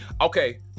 okay